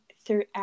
throughout